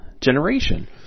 generation